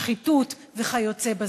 שחיתות וכיוצא בזה.